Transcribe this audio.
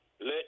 Let